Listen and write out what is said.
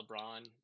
LeBron